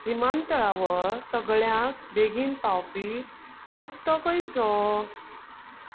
विमानतळार सगळ्यांत बेगीन पावपी रस्तो खंयचो